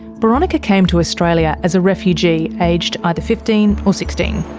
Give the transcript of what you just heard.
boronika came to australia as a refugee aged either fifteen or sixteen.